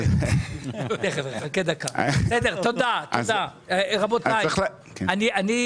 זה אין לי